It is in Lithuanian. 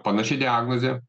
panaši diagnozė